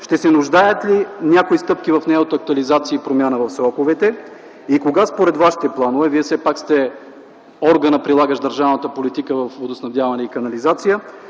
Ще се нуждаят ли някои стъпки в нейната актуализация и промяна в сроковете? Кога според вашите планове, вие все пак сте органът, прилагащ държавната политика във „Водоснабдяване и канализация”